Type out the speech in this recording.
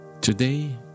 Today